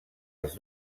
els